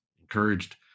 encouraged